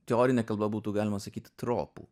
teorine kalba būtų galima sakyt tropų